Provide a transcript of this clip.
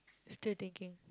still thinking